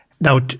Now